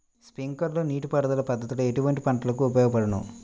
Sprinkler నీటిపారుదల పద్దతి ఎటువంటి పంటలకు ఉపయోగపడును?